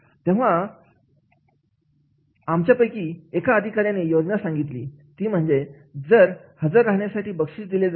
तेव्हा आमच्या पैकी एका अधिकाऱ्याने योजना सांगितली ती म्हणजे हजर राहण्यासाठी बक्षीस दिले जावे